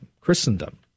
Christendom